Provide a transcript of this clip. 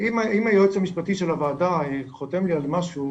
אם היועץ המשפטי של הוועדה חותם לי על משהו,